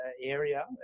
area